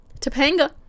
topanga